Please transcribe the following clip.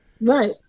Right